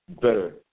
Better